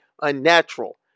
unnatural